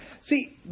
See